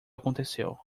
aconteceu